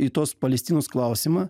į tos palestinos klausimą